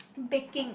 baking